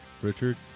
Richard